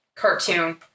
Cartoon